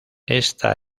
esta